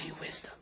wisdom